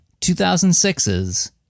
2006's